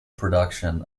production